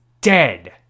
dead